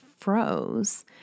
froze